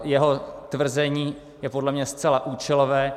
Jeho tvrzení je podle mě zcela účelové.